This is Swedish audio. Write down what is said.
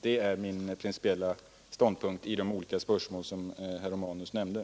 Det är min principiella ståndpunkt i de olika spörsmål som herr Romanus tog upp.